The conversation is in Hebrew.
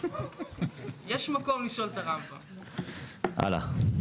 PA. (5)